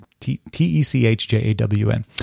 t-e-c-h-j-a-w-n